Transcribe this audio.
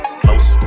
close